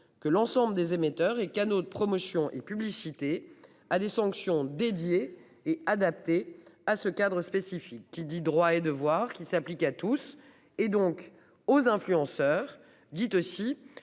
que l'ensemble des émetteurs et canaux de promotion et publicité à des sanctions dédié et adapté à ce cadre spécifique qui dit droit et de voir qui s'applique à tous et donc aux influenceurs dit aussi